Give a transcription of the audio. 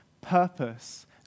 purpose